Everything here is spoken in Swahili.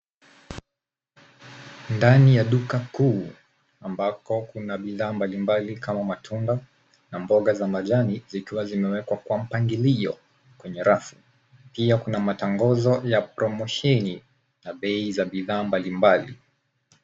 Ndani ya duka kuu ambako kuna bidhaa mbalimbali kama matunda na mboga za majani zikiwa zimewekwa kwa mpangilio kwenye rafu . Pia kuna matangazo ya promosheni ya bei za bidhaa mbalimbali.